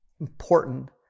important